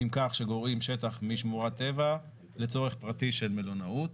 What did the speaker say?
שגורעים שטח משמורת טבע לצורך פרטי של מלונאות.